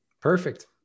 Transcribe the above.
Perfect